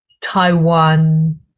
Taiwan